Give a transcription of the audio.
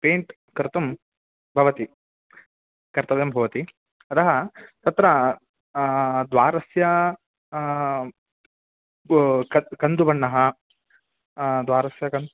paint कर्तुं भवति कर्तव्यं भवति अतः तत्र द्वारस्य प् क कन्दुबण्णः द्वारस्य कन्